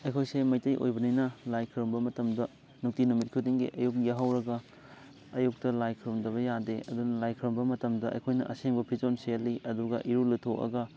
ꯑꯩꯈꯣꯏꯁꯦ ꯃꯩꯇꯩ ꯑꯣꯏꯕꯅꯤꯅ ꯂꯥꯏ ꯈꯣꯏꯔꯝꯕ ꯃꯇꯝꯗ ꯅꯨꯡꯇꯤ ꯅꯨꯃꯤꯠ ꯈꯨꯗꯤꯡꯒꯤ ꯑꯌꯨꯛ ꯌꯥꯍꯧꯔꯒ ꯑꯌꯨꯛꯇ ꯂꯥꯏ ꯈꯣꯏꯔꯝꯗꯕ ꯌꯥꯗꯦ ꯑꯗꯨꯅ ꯂꯥꯏ ꯈꯣꯏꯔꯝꯕ ꯃꯇꯝꯗ ꯑꯩꯈꯣꯏꯅ ꯑꯁꯦꯡꯕ ꯐꯤꯖꯣꯜ ꯁꯦꯠꯂꯤ ꯑꯗꯨꯒ ꯏꯔꯨ ꯂꯨꯊꯣꯛꯑꯒ